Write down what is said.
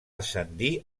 ascendir